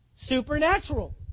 Supernatural